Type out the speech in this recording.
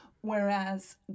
Whereas